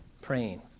praying